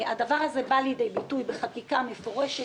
הדבר הזה בא לידי ביטוי בחקיקה מפורשת